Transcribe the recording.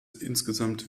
insgesamt